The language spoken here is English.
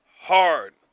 hard